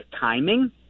timing